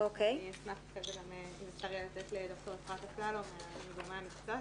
אני אשמח אחרי זה אם יהיה אפשר לתת לד"ר אפרת אפללו מגורמי המקצוע,